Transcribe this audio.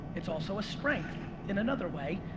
it's also a strength in another way.